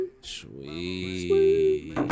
sweet